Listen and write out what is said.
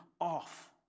off